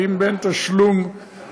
כי אם בין תשלום ריבית